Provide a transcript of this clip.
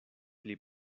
pli